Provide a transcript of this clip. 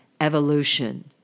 evolution